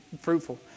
fruitful